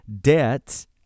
debts